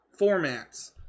formats